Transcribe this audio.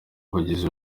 bagizi